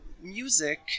music